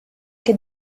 che